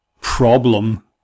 problem